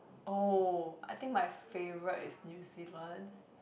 oh I think my favourite it New Zealand